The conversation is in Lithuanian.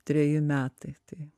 treji metai tai